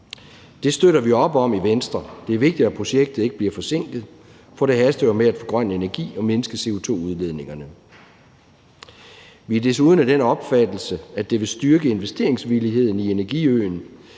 Det støtter vi op om i Venstre. Det er vigtigt, at projektet ikke bliver forsinket, for det haster jo med at få grøn energi og mindske CO2-udledningerne. Vi er desuden af den opfattelse, at det vil styrke investeringsvilligheden i forhold